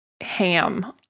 ham